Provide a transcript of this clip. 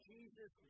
Jesus